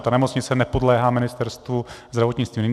Ta nemocnice nepodléhá Ministerstvu zdravotnictví.